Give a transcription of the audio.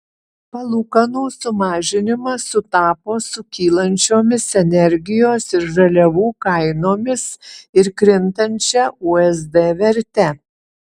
palūkanų sumažinimas sutapo su kylančiomis energijos ir žaliavų kainomis ir krintančia usd verte